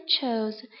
chose